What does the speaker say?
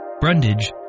Brundage